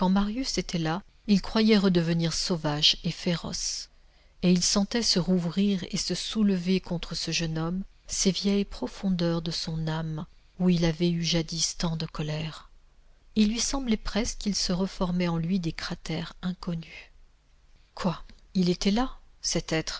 marius était là il croyait redevenir sauvage et féroce et il sentait se rouvrir et se soulever contre ce jeune homme ces vieilles profondeurs de son âme où il y avait eu jadis tant de colère il lui semblait presque qu'il se reformait en lui des cratères inconnus quoi il était là cet